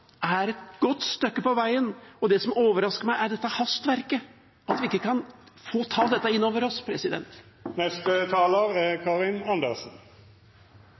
jeg at offentlig eierskap og hjemfallsrett, forslagene vi nå har fremmet, er et godt stykke på veien. Det som overrasker meg, er dette hastverket, at vi ikke kan få ta dette innover oss.